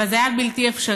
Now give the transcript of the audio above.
אבל זה היה בלתי אפשרי.